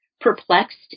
perplexed